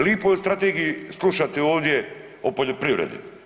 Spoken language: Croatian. Lipo je u strategiji slušat ovdje o poljoprivredi.